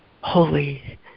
holy